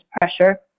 pressure